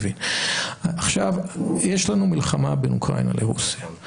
עכשיו יש לנו מלחמה בין אוקראינה לרוסיה,